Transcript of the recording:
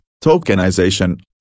tokenization